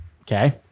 Okay